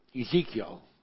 Ezekiel